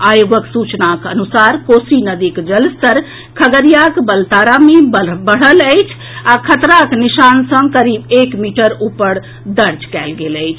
आयोगक सूचनाक अनुसार कोसी नदीक जलस्तर खगड़ियाक बलतारा मे बढ़ल अछि आ खतराक निशान सॅ करीब एक मीटर ऊपर दर्ज कएल गेल अछि